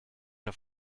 auf